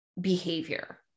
behavior